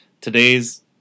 today's